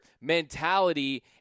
mentality